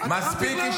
מפקדים שלהם.